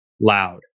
loud